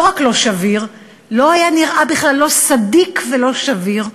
לא רק לא שביר, נראה בכלל לא סדיק ולא שביר,